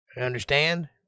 Understand